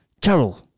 Carol